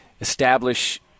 establish